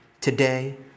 today